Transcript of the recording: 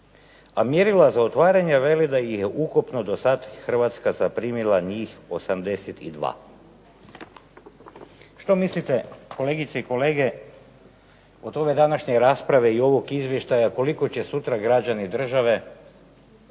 a mjerila za otvaranje veli da ih je ukupno dosad Hrvatska zaprimila njih 82. Što mislite kolegice i kolege od ove današnje rasprave i ovog izvještaja koliko će sutra građani države